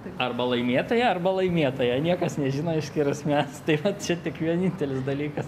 arba laimėtoja arba laimėtoja niekas nežino išskyrus mes tai vat čia tik vienintelis dalykas